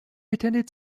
attended